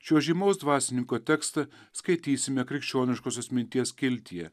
šio žymaus dvasininko tekstą skaitysime krikščioniškosios minties skiltyje